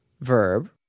verb